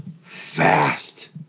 fast